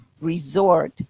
resort